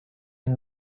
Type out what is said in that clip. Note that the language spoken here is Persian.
این